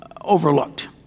overlooked